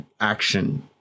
action